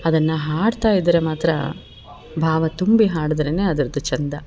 ಅದನ್ನು ಹಾಡ್ತಾ ಇದ್ದರೆ ಮಾತ್ರ ಭಾವ ತುಂಬಿ ಹಾಡಿದ್ರೆನೆ ಅದ್ರದ್ದು ಚಂದ